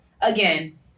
again